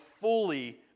fully